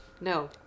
no